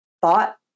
thought